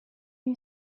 you